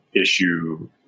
issue